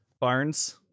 Barnes